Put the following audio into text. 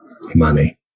money